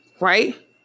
right